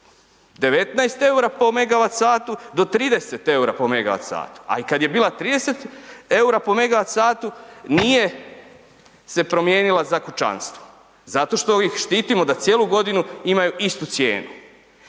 19 EUR-a po MWh do 30 EUR-a po MWh, a i kad je bila 30 EUR-a po MWh nije se promijenila za kućanstva, zato što ih štitimo da cijelu godinu imaju istu cijenu.